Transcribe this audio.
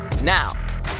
Now